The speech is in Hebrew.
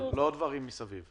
לא על דברים מסביב.